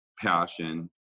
passion